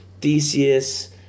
Theseus